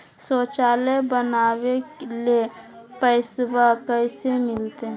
शौचालय बनावे ले पैसबा कैसे मिलते?